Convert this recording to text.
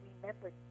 remember